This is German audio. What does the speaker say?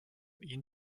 ihn